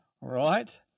right